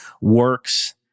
works